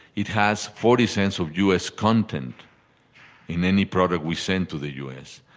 it has forty cents of u s. content in any product we send to the u s.